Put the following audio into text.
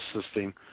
assisting